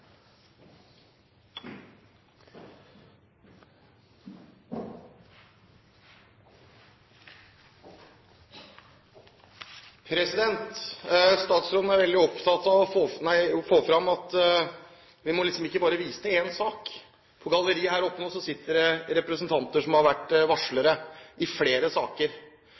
Statsråden er veldig opptatt av å få fram at vi ikke bare må vise til én sak. På galleriet her oppe sitter det nå representanter som har vært varslere i flere saker.